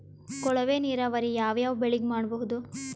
ಕೊಳವೆ ನೀರಾವರಿ ಯಾವ್ ಯಾವ್ ಬೆಳಿಗ ಮಾಡಬಹುದು?